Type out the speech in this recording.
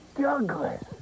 Douglas